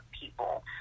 people